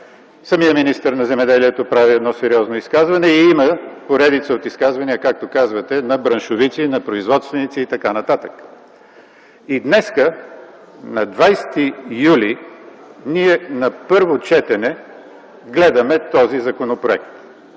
самият министъра на земеделието прави едно сериозно изказване и има поредица от изказвания, както казвате, на браншовици, на производственици и така нататък. И днес, на 20 юли на първо четене ние гледаме този законопроект.